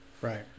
Right